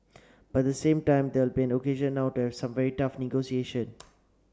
but the same time there be an occasion now to have some very tough negotiation